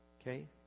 Okay